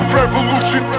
revolution